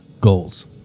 Goals